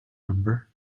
number